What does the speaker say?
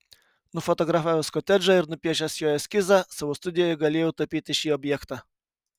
nufotografavęs kotedžą ir nupiešęs jo eskizą savo studijoje galėjau tapyti šį objektą